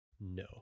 No